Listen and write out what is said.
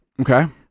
okay